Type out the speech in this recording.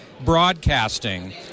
broadcasting